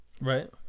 Right